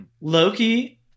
Loki